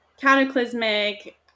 cataclysmic